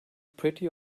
pretty